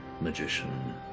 magician